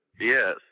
Yes